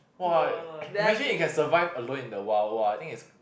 !wah! imagine you can survive alone in the wild !wah! I think is